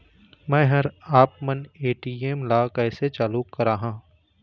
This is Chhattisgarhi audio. मैं हर आपमन ए.टी.एम ला कैसे चालू कराहां?